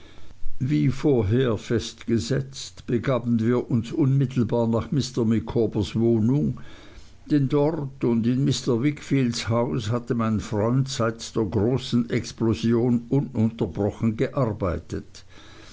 wie vorher festgesetzt begaben wir uns unmittelbar nach mr micawbers wohnung denn dort und in mr wickfields haus hatte mein freund seit der großen explosion ununterbrochen gearbeitet